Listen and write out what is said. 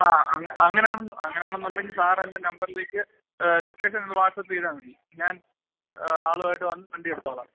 ആ അങ്ങനാണെന്നും അങ്ങനാണെന്നുണ്ടെങ്കി സാർ എൻ്റെ നമ്പറിലേക്ക് ലൊക്കേഷൻ ഒന്ന് വാട്ട്സആപ്പ് ചെയ്താ മതി ഞാൻ ആളുവായിട്ട് വന്ന് വണ്ടി എടുത്തോളാം